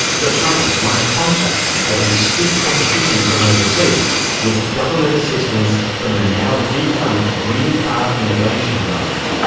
the plant won a contract against stiff competition from overseas with government assistance from the now-defunct green car innovation fund.